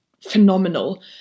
phenomenal